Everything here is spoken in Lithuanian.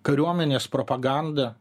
kariuomenės propaganda